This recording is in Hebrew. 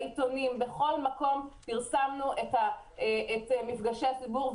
בעיתונים בכל מקום פרסמנו את מפגשי הציבור,